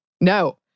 No